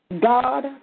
God